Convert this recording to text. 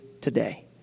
today